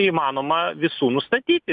įmanoma visų nustatyti